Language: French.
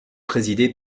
présidée